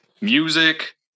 music